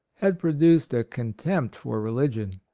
had produced a contempt for religion.